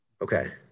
okay